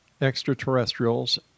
extraterrestrials